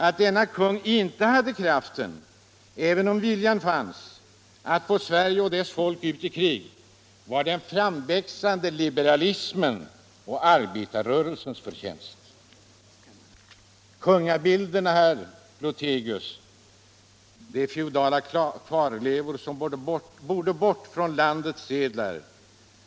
Att denne kung inte hade kraften, även om viljan fanns, att få Sverige och dess folk ut i krig var den framväxande liberalismens och arbetarrörelsens förtjänst. Kungabilderna, herr Lothigius, är feodala kvarlevor som borde bort från landets sedlar.